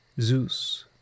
Zeus